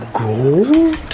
Gold